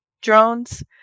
drones